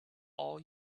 all